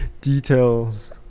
details